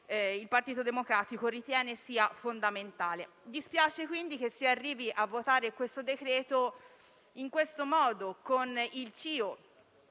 il Partito Democratico ritiene fondamentale. Dispiace quindi che si arrivi a convertire il decreto-legge in questo modo, con il CIO